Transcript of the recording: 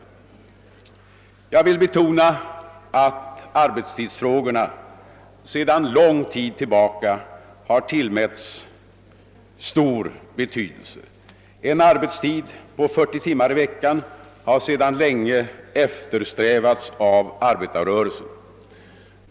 Jag vill betona att arbetstidsfrågorna sedan lång tid tillbaka har tillmätts stor betydelse. En arbetstid på 40 timmar i veckan har sedan länge eftersträvats av arbetarrörelsen.